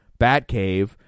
Batcave